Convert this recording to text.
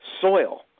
soil